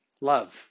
love